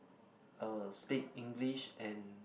uh speak English and